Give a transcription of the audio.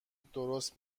درست